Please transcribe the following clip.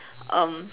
um